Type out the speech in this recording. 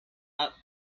out